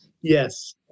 Yes